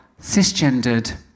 cisgendered